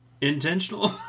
Intentional